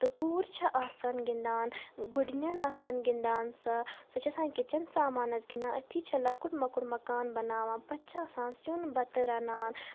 تہٕ کوٗر چھ آسان گِنٛدان گُڈنٮ۪ن آسان گِنٛدان سۄ سۄ چھ آسان کِچن سامانس گِنٛدان أتھی چھ لۄکُٹ مۄکُٹ مکان بناوان پتہٕ چھ آسان سیُن بتہٕ رَنان